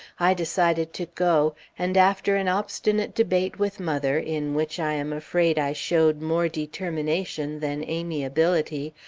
i decided to go, and after an obstinate debate with mother, in which i am afraid i showed more determination than amiability,